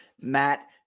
Matt